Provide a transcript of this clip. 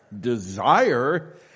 Desire